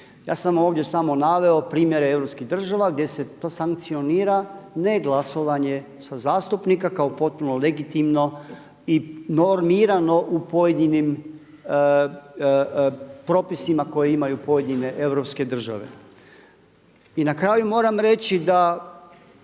Ja sam ovdje samo naveo primjere europskih država gdje se to sankcionira ne glasovanje sa zastupnika kao potpuno legitimno i normirano u pojedinim propisima koje imaju pojedine europske države. I na kraju moram reći da